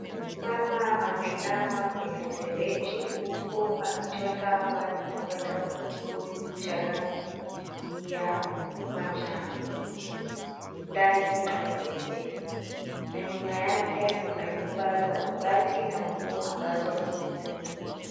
Mama ameinama kwenye mfereji, huku akichota maji kwenda kwa kibuyu cha rangi ya manjano, ndani ya besheni na nyuma yake kuna nyumba za mabati na nguo ambazo zimeanikwa.